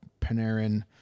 Panarin